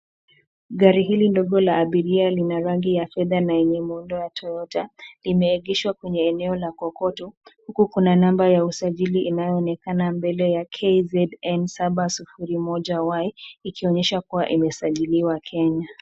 Gari hili ndogo la abiria lina rangi ya fedha na yenye muundo wa Toyota, limeegeshwa kwenye eneo la kokoto. Huku kuna namba ya usajili inayoonekana mbele ya KZN 701Y,ikionyesha kuwa imesajiliwa Kenya.